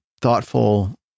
thoughtful